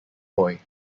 boy